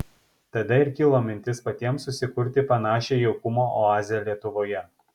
tada ir kilo mintis patiems susikurti panašią jaukumo oazę lietuvoje